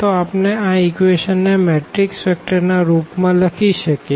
તો આપણે આ ઇક્વેશનો ને મેટ્રીક્સવેક્ટર ના રૂપ માં લખી શકીએ